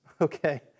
okay